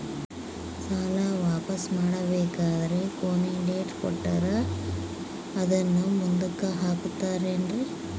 ಸಾಲ ವಾಪಾಸ್ಸು ಮಾಡಬೇಕಂದರೆ ಕೊನಿ ಡೇಟ್ ಕೊಟ್ಟಾರ ಅದನ್ನು ಮುಂದುಕ್ಕ ಹಾಕುತ್ತಾರೇನ್ರಿ?